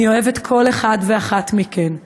אני אוהבת כל אחד ואחת מכם.